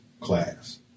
class